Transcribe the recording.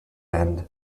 end